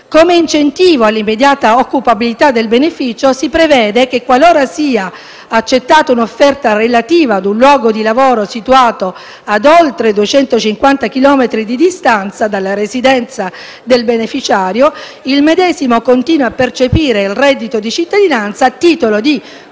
Come incentivo all'immediata occupabilità del beneficiario si prevede che, qualora sia accettata un'offerta relativa ad un luogo di lavoro situato ad oltre 250 chilometri di distanza dalla residenza del beneficiario, il medesimo continua a percepire il reddito di cittadinanza, a titolo di